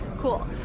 Cool